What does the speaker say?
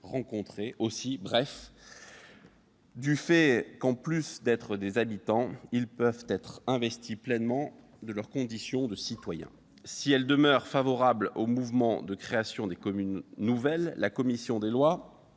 des difficultés, bref, du fait qu'en plus d'être des habitants, ils peuvent investir pleinement leur condition de citoyen. Si elle demeure favorable au mouvement de création des communes nouvelles, la commission des lois